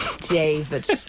David